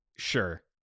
Sure